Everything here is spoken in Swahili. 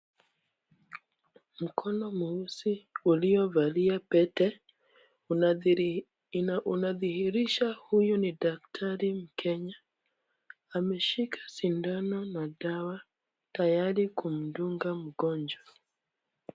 Mkono mweusi uliovalia pete unadhihirisha huyu ni daktari mkenya ameshika sindano na dawa tayari kumdunga mgonjwa.